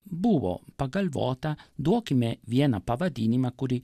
buvo pagalvota duokime vieną pavadinimą kurį